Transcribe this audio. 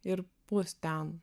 ir bus ten